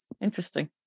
interesting